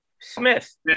Smith